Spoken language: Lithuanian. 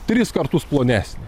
tris kartus plonesnė